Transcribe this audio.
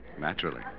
Naturally